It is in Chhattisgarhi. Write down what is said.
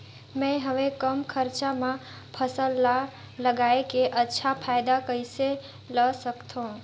मैं हवे कम खरचा मा फसल ला लगई के अच्छा फायदा कइसे ला सकथव?